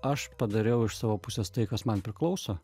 aš padariau iš savo pusės tai kas man priklauso